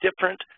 different